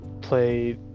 play